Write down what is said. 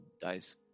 dice